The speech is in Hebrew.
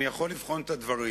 אני יכול לבחון את הדברים.